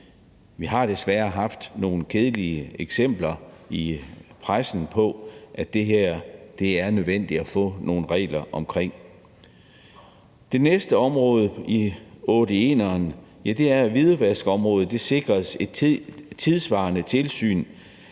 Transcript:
Vi har desværre haft nogle kedelige eksempler i pressen på, at det er nødvendigt at få nogle regler omkring det her. Det næste område i otte i en'eren er, at hvidvaskområdet sikres et tidssvarende tilsyn,